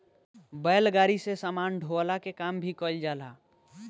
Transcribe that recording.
बैलगाड़ी से सामान ढोअला के काम भी कईल जाला